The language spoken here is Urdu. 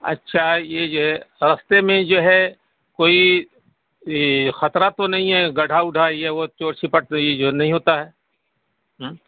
اچھا یہ جو ہے رستے میں جو ہے کوئی خطرہ تو نہیں ہے گڈھا وڈھا یہ وہ چور سپٹ تو یہ جو نہیں ہوتا ہے ہوں